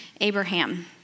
Abraham